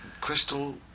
Crystal